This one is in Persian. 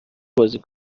بازی